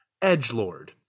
Edgelord